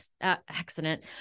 accident